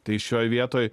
tai šioj vietoj